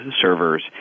servers